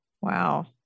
Wow